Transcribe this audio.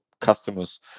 customers